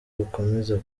rukomeza